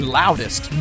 loudest